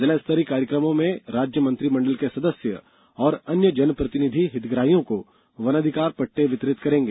जिला स्तरीय कार्यक्रमों में राज्य मंत्रिमंडल के सदस्य और अन्य जन प्रतिनिधि हितग्राहियों को वनाधिकार पट्टे वितरित करेंगे